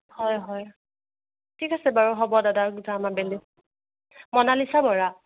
হয় হয় ঠিক আছে বাৰু হ'ব দাদা যাম আবেলি মনালিছা বৰা